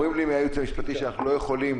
אומרים לי מהייעוץ המשפטי שאנחנו לא יכולים